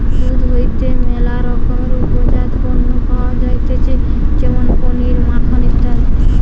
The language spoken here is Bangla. দুধ হইতে ম্যালা রকমের উপজাত পণ্য পাওয়া যাইতেছে যেমন পনির, মাখন ইত্যাদি